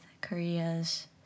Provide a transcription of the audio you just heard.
Korea's